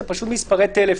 אלה פשוט מספרי טלפון.